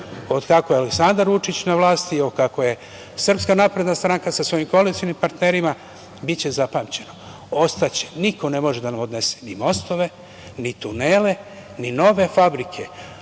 od kako je Aleksandar Vučić na vlasti, i kako je SNS, sa svojim koalicionim partnerima, biće zapamćeno, ostaće, niko ne može da nam odnese ni mostove, ni tunele, ni nove fabrike,